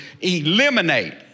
eliminate